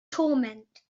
torment